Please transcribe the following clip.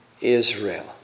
Israel